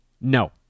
No